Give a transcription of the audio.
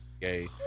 gay